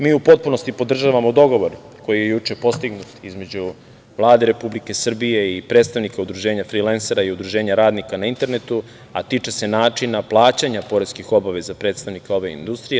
Mi u potpunosti podržavamo dogovor koji je juče postignut između Vlade Republike Srbije i predstavnika udruženja frilensera i udruženja radnika na internetu, a tiče se načina plaćanja poreskih obaveza predstavnika ove industrije.